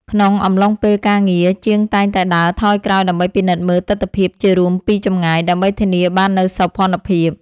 ក្នុងអំឡុងពេលការងារ ជាងតែងតែដើរថយក្រោយដើម្បីពិនិត្យមើលទិដ្ឋភាពជារួមពីចម្ងាយ ដើម្បីធានាបាននូវសោភ័ណភាព។